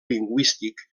lingüístic